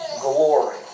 glory